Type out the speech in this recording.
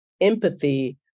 empathy